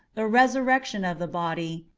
the resurrection of the body,